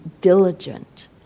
diligent